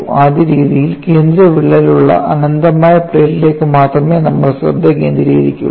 ആദ്യ രീതിയിൽ കേന്ദ്ര വിള്ളൽ ഉള്ള അനന്തമായ പ്ലേറ്റിലേക്ക് മാത്രമേ നമ്മൾ ശ്രദ്ധ കേന്ദ്രീകരിക്കുകയുള്ളൂ